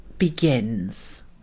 begins